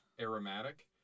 aromatic